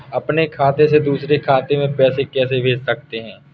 अपने खाते से दूसरे खाते में पैसे कैसे भेज सकते हैं?